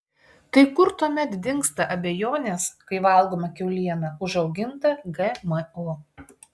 tai kur tuomet dingsta abejonės kai valgome kiaulieną užaugintą gmo